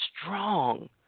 strong